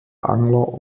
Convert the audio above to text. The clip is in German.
angler